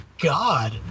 God